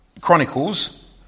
chronicles